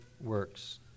works